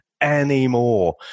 anymore